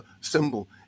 symbol